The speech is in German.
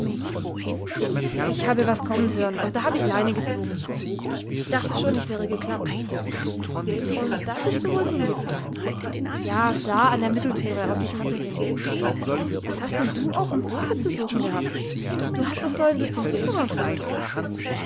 ich ich habe was kommen hören und da hab ich leine gezogen ich dachte schon ich wäre geklappt und da bist du wohl hingefallen ja da an der mittelthüre auf die treppe hin was hast denn du aufm hofe zu suchen gehabt du hast doch sollen durch den souterrain zurück